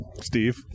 Steve